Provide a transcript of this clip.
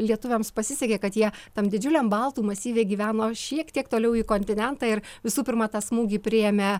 lietuviams pasisekė kad jie tam didžiuliam baltų masyve gyveno šiek tiek toliau į kontinentą ir visų pirma tą smūgį priėmė